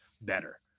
better